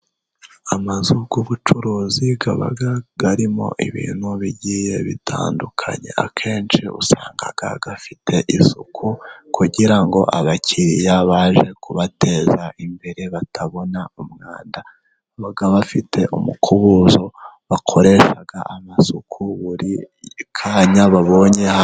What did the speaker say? Amazu y'ubucuruzi aba arimo ibintu bigiye bitandukanye, akenshi usanga afite isuku kugira ngo abakiriya baje kubateza imbere batabona umwanda, baba bafite umukubuzo bakoresha amasuku buri kanya babonye ha.......